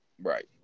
Right